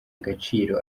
agaciro